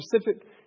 specific